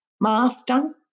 Master